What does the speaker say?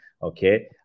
Okay